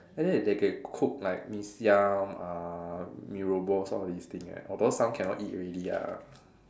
and then they can cook like Mee-Siam uh Mee-Rebus all these things eh although some cannot eat already ah